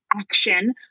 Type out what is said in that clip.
action